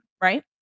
right